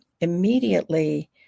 immediately